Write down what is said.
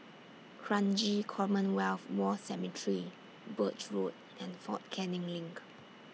Kranji Commonwealth War Cemetery Birch Road and Fort Canning LINK